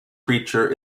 creature